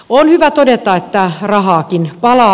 on hyvä todeta että rahaakin palaa